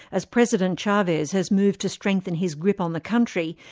as president chavez has moved to strengthen his grip on the country,